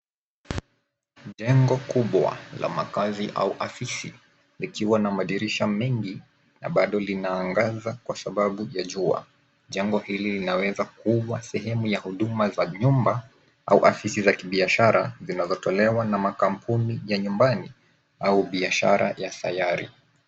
Jengo kubwa la makazi au afisi likiwa na madirisha mengi na bado linaangaza kwa sababu ya jua. Jengo hili linaweza kuwa sehemu ya huduma za nyumba au afisi za kibiashara zinazotolewa na makampuni ya nyumbani au biashara ya sayari.